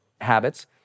habits